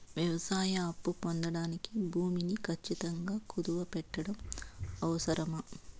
వ్యవసాయ అప్పు పొందడానికి భూమిని ఖచ్చితంగా కుదువు పెట్టడం అవసరమా?